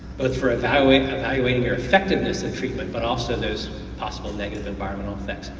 but for evaluating evaluating your effectiveness of treatment, but also those possible negative environmental effects.